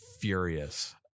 furious